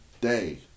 day